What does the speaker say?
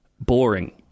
boring